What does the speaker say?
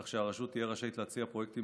כך שהרשות תהיה רשאית להציע פרויקטים